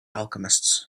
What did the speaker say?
alchemists